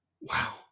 Wow